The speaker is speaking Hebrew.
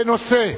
בנושא: